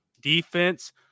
defense